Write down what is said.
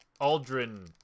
Aldrin